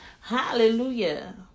Hallelujah